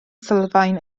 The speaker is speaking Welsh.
sylfaen